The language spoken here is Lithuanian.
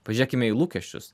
pažiūrėkime į lūkesčius